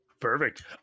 Perfect